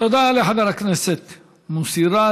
תודה לחבר הכנסת מוסי רז.